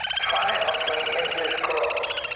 triumphing in his cross,